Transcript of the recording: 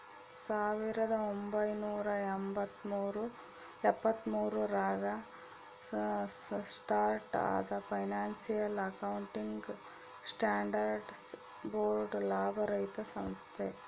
ಸಾವಿರದ ಒಂಬೈನೂರ ಎಪ್ಪತ್ತ್ಮೂರು ರಾಗ ಸ್ಟಾರ್ಟ್ ಆದ ಫೈನಾನ್ಸಿಯಲ್ ಅಕೌಂಟಿಂಗ್ ಸ್ಟ್ಯಾಂಡರ್ಡ್ಸ್ ಬೋರ್ಡ್ ಲಾಭರಹಿತ ಸಂಸ್ಥೆ